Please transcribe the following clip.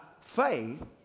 faith